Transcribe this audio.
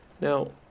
Now